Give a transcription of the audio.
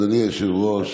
אדוני היושב-ראש,